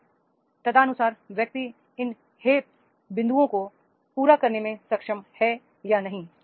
फिर तदनुसार व्यक्ति इन बिं दुओं को पूरा करने में सक्षम है या नहीं